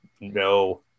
no